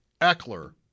Eckler